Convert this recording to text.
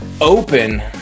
Open